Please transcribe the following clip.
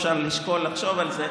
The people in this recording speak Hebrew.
אפשר לשקול לחשוב על זה,